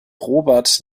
robert